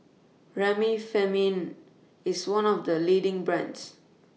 Remifemin IS one of The leading brands